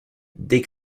dès